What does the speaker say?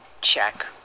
Check